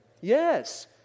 Yes